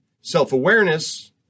Self-awareness